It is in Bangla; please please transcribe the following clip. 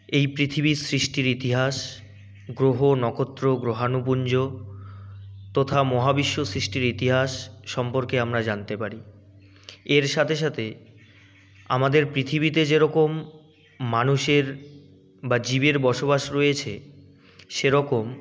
এই পৃথিবী সৃষ্টির ইতিহাস গ্রহ নক্ষত্র গ্রহাণুপুঞ্জ তথা মহাবিশ্ব সৃষ্টির ইতিহাস সম্পর্কে আমরা জানতে পারি এর সাথে সাথে আমাদের পৃথিবীতে যে রকম মানুষের বা জীবের বসবাস রয়েছে সেরকম